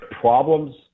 problems